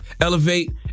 elevate